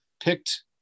picked